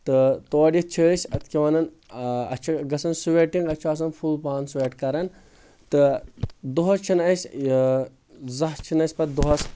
تہٕ تورٕ یتھ چھٕ أسۍ اتھ کیاہ ونان اسہِ چھٕ گژھان سُویٚٹنگ اسہِ چھُ آسان فُل پان سُویٚٹ کران تہٕ دۄہس چھنہٕ اَسہِ یہِ زانٛہہ چھِنہٕ أسۍ پتہٕ دۄہس